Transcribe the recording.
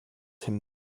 him